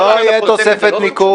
--- לא תהיה תוספת ניקוד.